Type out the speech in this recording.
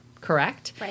correct